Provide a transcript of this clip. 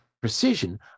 precision